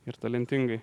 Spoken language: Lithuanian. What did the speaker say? ir talentingai